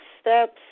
Steps